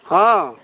हँ